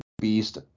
beast